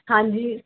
ਹਾਂਜੀ